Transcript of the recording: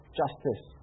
justice